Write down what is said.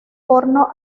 porno